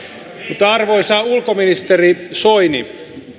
mutta arvoisa ulkoministeri soini